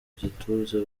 gituza